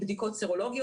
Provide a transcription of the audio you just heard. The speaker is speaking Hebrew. לבדיקות סרולוגיה,